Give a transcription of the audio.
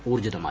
ഊർജ്ജിതമായി